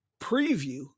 preview